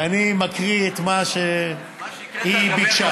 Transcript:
אני מקריא את מה שהיא ביקשה.